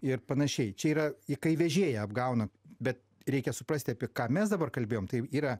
ir panašiai čia yra į kai vežėją apgauna bet reikia suprasti apie ką mes dabar kalbėjom tai yra